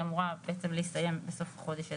אמורה בעצם להסתיים בסוף החודש הזה.